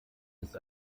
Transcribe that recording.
ist